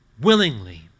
willingly